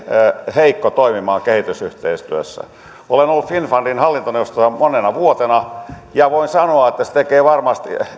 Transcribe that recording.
heikko toimimaan kehitysyhteistyössä olen ollut finnfundin hallintoneuvostossa monena vuotena ja voin sanoa että se tekee varmasti